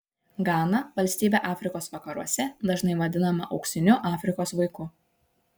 gana valstybė afrikos vakaruose dažnai vadinama auksiniu afrikos vaiku